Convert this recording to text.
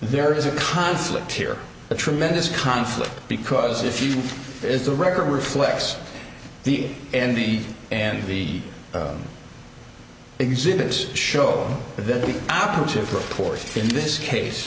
there is a conflict here a tremendous conflict because if you is the record reflects the n t and the exhibits show that the operative proportion in this case